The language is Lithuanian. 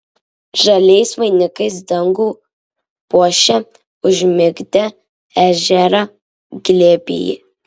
žaliais vainikais dangų puošia užmigdę ežerą glėby